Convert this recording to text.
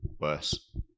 worse